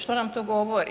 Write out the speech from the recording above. Što nam to govori?